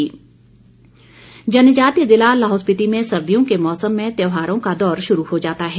हालडा जनजातीय जिला लाहौल स्पिति में सर्दियों के मौसम में त्यौहारों का दौर शुरू हो जाता है